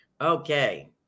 Okay